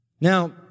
Now